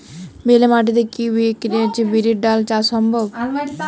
বেলে মাটিতে কি বিরির ডাল চাষ সম্ভব?